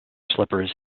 slippers